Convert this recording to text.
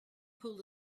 pulled